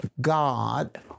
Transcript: God